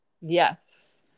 Yes